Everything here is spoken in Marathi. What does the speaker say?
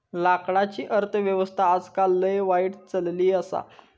लाकडाची अर्थ व्यवस्था आजकाल लय वाईट चलली आसा